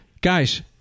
Guys